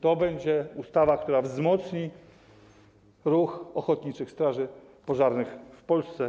To będzie ustawa, która wzmocni ruch ochotniczych straży pożarnych w Polsce.